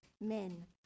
men